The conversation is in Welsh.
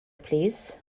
plîs